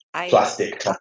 Plastic